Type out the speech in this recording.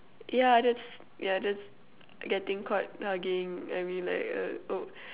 yeah that's yeah that's getting quite hugging I mean like uh oh